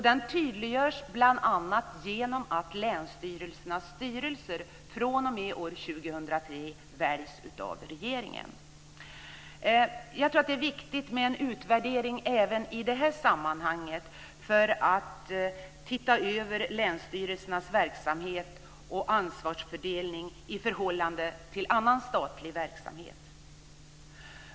Den tydliggörs bl.a. genom att länsstyrelsernas styrelser fr.o.m. år 2003 väljs av regeringen. Jag tror att det är viktigt med en utvärdering även i det här sammanhanget för att se över länsstyrelsernas verksamhet och ansvarsfördelning i förhållande till annan statlig verksamhet.